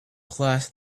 class